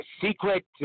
secret